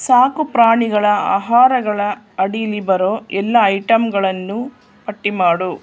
ಸಾಕುಪ್ರಾಣಿಗಳ ಆಹಾರಗಳ ಅಡಿಲಿ ಬರೋ ಎಲ್ಲ ಐಟಮ್ಗಳನ್ನೂ ಪಟ್ಟಿ ಮಾಡು